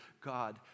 God